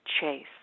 chase